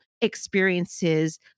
experiences